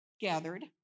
gathered